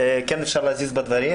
כן אפשר להזיז בה דברים,